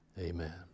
Amen